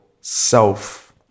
self